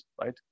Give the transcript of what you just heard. right